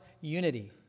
unity